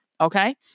okay